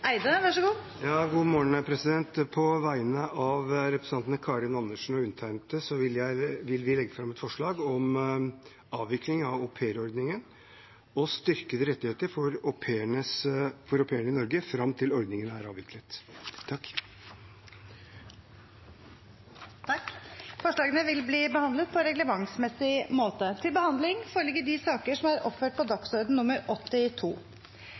På vegne av representanten Karin Andersen og undertegnede vil jeg legge fram et forslag om avvikling av au pair-ordningen og styrkede rettigheter for au pairene i Norge fram til ordningen er avviklet. Forslagene vil bli behandlet på reglementsmessig måte. Som presidenten refererte, er det i Dokument 12 for 2015–2016 framsatt tre grunnlovsforslag som gjelder vern av marine ressurser. Formålet med grunnlovsforslagene er